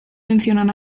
mencionan